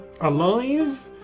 Alive